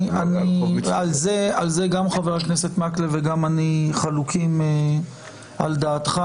על זה גם חבר הכנסת מקלב וגם אני חולקים על דעתך,